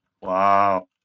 Wow